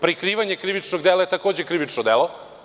Prikrivanje krivičnog dela je takođe krivično delo.